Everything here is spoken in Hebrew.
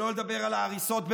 שלא לדבר על ההריסות בביתא,